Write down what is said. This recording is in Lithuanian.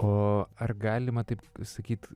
o ar galima taip sakyt